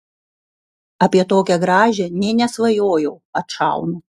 apie tokią gražią nė nesvajojau atšaunu